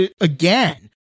again